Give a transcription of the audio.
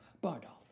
Bardolph